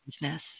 business